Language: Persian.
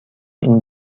این